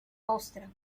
ostra